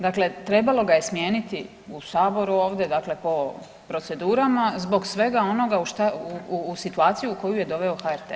Dakle, trebalo ga je smijeniti u Saboru ovdje, dakle po procedurama zbog svega onoga, situaciju u koju je doveo HRT.